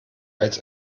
als